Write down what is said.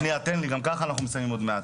שנייה תן לי כי גם ככה אנחנו מסיימים עוד מעט.